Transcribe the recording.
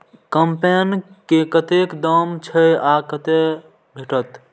कम्पेन के कतेक दाम छै आ कतय भेटत?